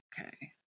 Okay